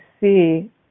see